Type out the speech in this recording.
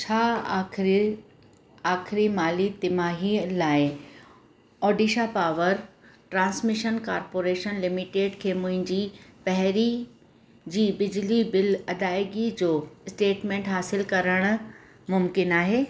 छा आख़िरी आख़िरी माली तिमाही लाइ Odisha power transmission corporation limited खे मुंहिंजी पहिरीं जी बिजली बिल अदाइगी जो स्टेटमेंट हासिलु करणु मुमकिनु आहे